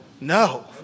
No